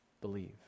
believe